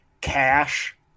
cash